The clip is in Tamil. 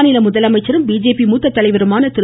மாநில முதலமைச்சரும் பிஜேபி மூத்த தலைவருமான திரு